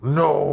no